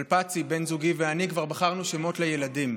אבל פָּצִי, בן זוגי, ואני כבר בחרנו שמות לילדים.